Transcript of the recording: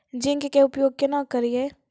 Zinc के उपयोग केना करये?